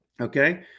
okay